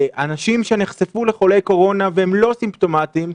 אנשים שנחשפו לחולי קורונה והם לא סימפטומטיים?